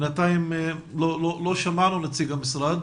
לא שמענו את נציג המשרד.